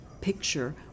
picture